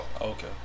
Okay